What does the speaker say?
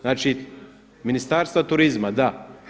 Znači Ministarstva turizma, da.